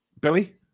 Billy